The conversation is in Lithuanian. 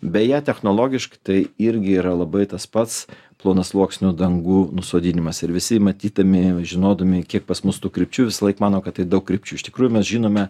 beje technologiškai tai irgi yra labai tas pats plonasluoksnių dangų nusodinimas ir visi matydami žinodami kiek pas mus tų krypčių visąlaik mano kad tai daug krypčių iš tikrųjų mes žinome